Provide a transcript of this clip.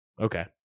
okay